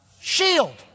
Shield